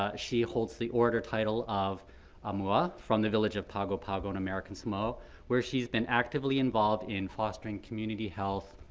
ah she holds the order title of aumua from the village of pago pago in american samoa where she's been actively involved in fostering community health,